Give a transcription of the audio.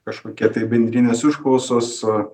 kažkokia tai bendrinės užklausos